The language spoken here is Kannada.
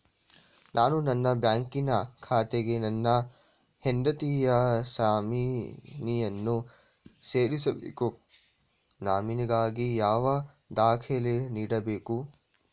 ನಾನು ನನ್ನ ಬ್ಯಾಂಕಿನ ಖಾತೆಗೆ ನನ್ನ ಹೆಂಡತಿಯ ನಾಮಿನಿಯನ್ನು ಸೇರಿಸಬೇಕು ನಾಮಿನಿಗಾಗಿ ಯಾವ ದಾಖಲೆ ನೀಡಬೇಕು?